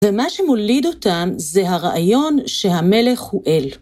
ומה שמוליד אותם זה הרעיון שהמלך הוא אל.